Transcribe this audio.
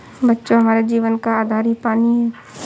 बच्चों हमारे जीवन का आधार ही पानी हैं